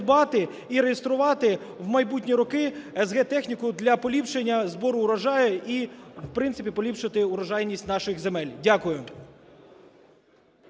і реєструвати в майбутні роки с/г техніку для поліпшення збору урожаю і, в принципі, поліпшити урожайність наших земель. Дякую.